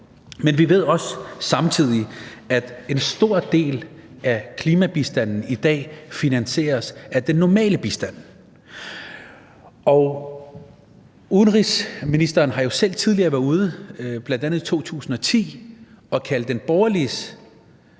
Men vi ved samtidig også, at en stor del af klimabistanden i dag finansieres af den normale bistand, og udenrigsministeren har jo selv tidligere, bl.a. i 2010, kaldt de borgerliges